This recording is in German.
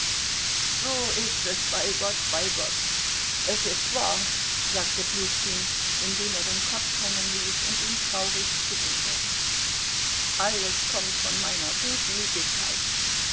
so ist es bei gott bei gott es ist wahr sagte pljuschkin indem er den kopf hängen ließ und ihn traurig schüttelte alles kommt von meiner gutmütigkeit